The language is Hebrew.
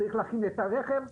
צריך להכין את הרכב,